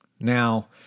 Now